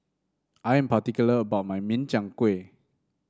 I am particular about my Min Chiang Kueh